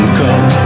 come